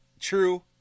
true